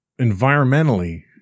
environmentally